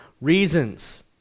reasons